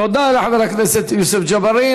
תודה לחבר הכנסת יוסף ג'בארין.